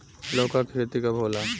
लौका के खेती कब होला?